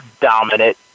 dominant